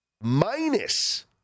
minus